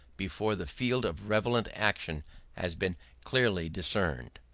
before the field of relevant action has been clearly discerned.